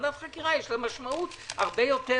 לוועדת חקירה יש משמעות הרבה יותר